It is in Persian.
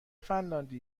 فنلاندی